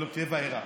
היא תהיה וארא.